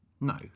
No